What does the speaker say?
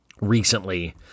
recently